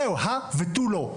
זהו, הא ותו לא.